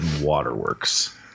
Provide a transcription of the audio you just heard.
waterworks